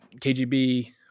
KGB